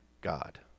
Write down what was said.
God